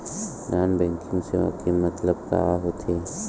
Non banking सेवा के मतलब का होथे?